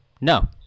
No